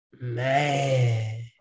Man